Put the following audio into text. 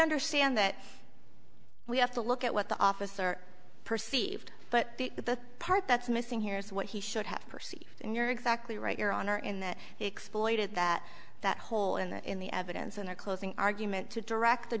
understand that we have to look at what the officer perceived but the part that's missing here is what he should have perceived and you're exactly right your honor in that exploited that that hole in the in the evidence in a closing argument to direct the